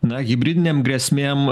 na hibridinėm grėsmėm